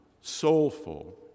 soulful